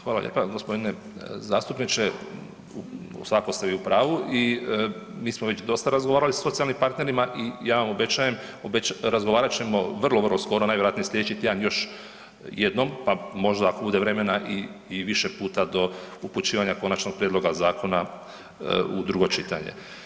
Hvala lijepa, g. zastupniče svakako ste vi u pravu i mi smo već dosta razgovarali sa socijalnim partnerima i ja vam obećajem razgovarat ćemo vrlo vrlo skoro, najvjerojatnije slijedeći tjedan još jednom, pa možda ako bude vremena i, i više puta do upućivanja konačnog prijedloga zakona u drugo čitanje.